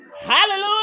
Hallelujah